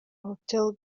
hotel